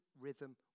rhythm